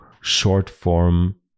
short-form